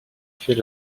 fait